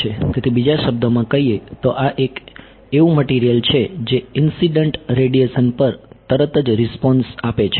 તેથી બીજા શબ્દોમાં કહીએ તો આ એક એવું મટીરીયલ છે જે ઇન્સીડંટ રેડીએશન પર તરત જ રિસ્પોન્સ આપે છે